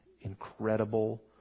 incredible